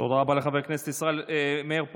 תודה רבה לחבר הכנסת מאיר פרוש.